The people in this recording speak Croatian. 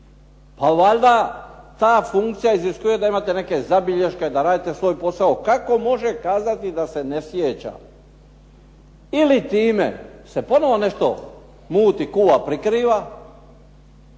A valjda ta funkcija iziskuje da imate neke zabilješke, da radite svoj posao. Kako može kazati da se ne sjeća? Ili time se ponovo nešto muti, kuva, prikriva